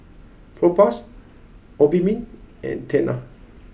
Propass Obimin and Tena